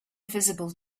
visible